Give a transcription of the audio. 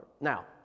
now